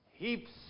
heaps